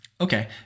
Okay